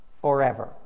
forever